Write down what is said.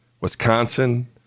Wisconsin